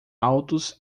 altos